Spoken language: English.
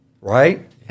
right